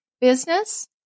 business